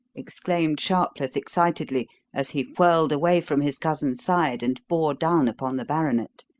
exclaimed sharpless excitedly as he whirled away from his cousin's side and bore down upon the baronet.